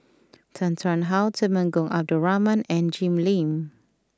Tan Tarn How Temenggong Abdul Rahman and Jim Lim